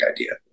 idea